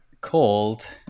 called